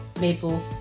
maple